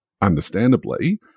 understandably